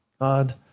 God